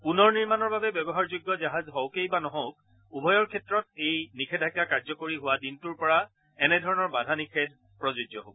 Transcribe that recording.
পুনৰনিৰ্মাণৰ বাবে ব্যৱহাৰযোগ্য জাহাজ হওকেই বা নহওক উভয়ৰ ক্ষেত্ৰতেই এই নিষেধাজ্ঞা কাৰ্যকৰী হোৱা দিনটোৰ পৰা এনেধৰণৰ বাধা নিষেধ প্ৰযোজ্য হব